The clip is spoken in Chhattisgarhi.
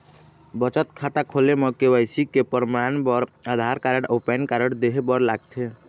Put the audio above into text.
बचत खाता खोले म के.वाइ.सी के परमाण बर आधार कार्ड अउ पैन कार्ड ला देहे बर लागथे